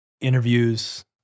interviews